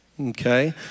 Okay